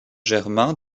germain